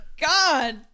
god